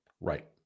Right